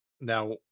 Now